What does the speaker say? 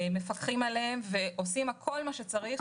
מפקחים עליהן ועושים כל מה שצריך,